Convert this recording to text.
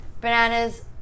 Bananas